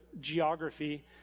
geography